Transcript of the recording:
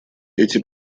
эти